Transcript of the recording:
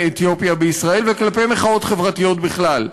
אתיופיה בישראל וכלפי מחאות חברתיות בכלל.